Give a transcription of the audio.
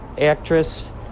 actress